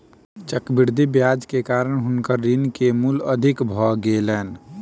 चक्रवृद्धि ब्याज के कारण हुनकर ऋण के मूल अधिक भ गेलैन